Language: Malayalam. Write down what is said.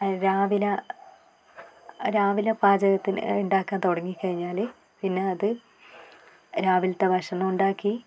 ആ രാവിലെ രാവിലെ പാചകത്തിന് ഉണ്ടാക്കാൻ തുടങ്ങി കഴിഞ്ഞാൽ പിന്നെ അത് രാവിലത്തെ ഭക്ഷണം ഉണ്ടാക്കി